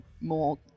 more